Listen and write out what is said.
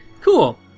Cool